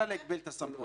מטעמים מיוחדים שיירשמו,